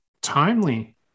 timely